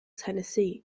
tennessee